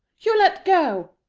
you let go,